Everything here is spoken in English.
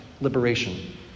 liberation